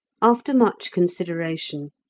after much consideration,